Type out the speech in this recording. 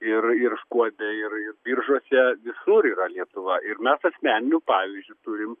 ir ir skuode ir biržuose visur yra lietuva ir mes asmeniniu pavyzdžiu turim